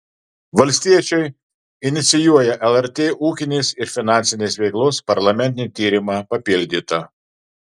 valstiečiai inicijuoja lrt ūkinės ir finansinės veiklos parlamentinį tyrimą papildyta